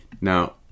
Now